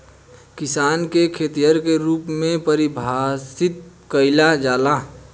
किसान के खेतिहर के रूप में परिभासित कईला जाला